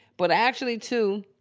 but i actually too,